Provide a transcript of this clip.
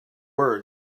words